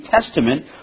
Testament